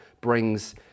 brings